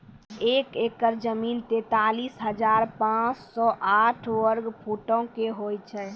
एक एकड़ जमीन, तैंतालीस हजार पांच सौ साठ वर्ग फुटो के होय छै